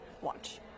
Watch